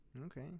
Okay